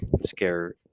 scare